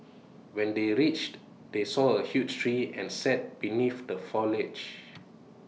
when they reached they saw A huge tree and sat beneath the foliage